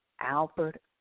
Albert